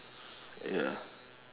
ya